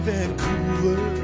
Vancouver